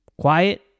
quiet